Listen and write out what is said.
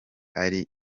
ari